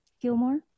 Gilmore